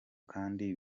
kandi